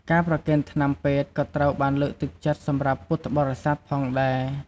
ការប្រគេនថ្នាំពេទ្យក៏ត្រូវបានលើកទឹកចិត្តសម្រាប់ពុទ្ធបរិសាទផងដែរ។